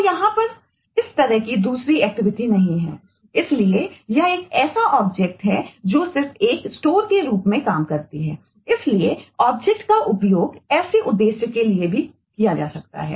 तो यहाँ पर इस इस तरह की दूसरी एक्टिविटी का उपयोग ऐसे उद्देश्यों के लिए भी किया जा सकता है